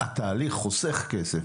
שהתהליך חוסך כסף.